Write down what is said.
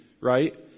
right